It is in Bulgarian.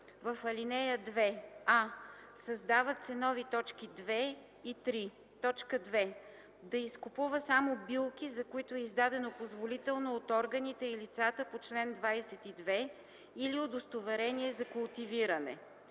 В ал. 2: а) Създават се нови точки 2 и 3: ”2. да изкупува само билки, за които е издадено позволително от органите и лицата по чл. 22 или удостоверение за култивиране;